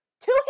two